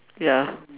ya